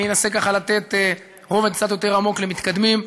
אני אנסה ככה לתת רובד קצת יותר עמוק, למתקדמים.